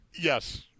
yes